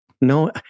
no